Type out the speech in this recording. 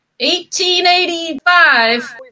1885